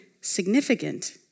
significant